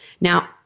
Now